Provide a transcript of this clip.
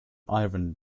iron